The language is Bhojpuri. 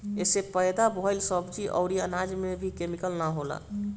एसे पैदा भइल सब्जी अउरी अनाज में केमिकल ना होला